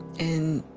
and